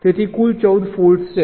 તેથી કુલ 14 ફોલ્ટ્સ છે